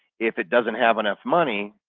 if it doesn't have enough money,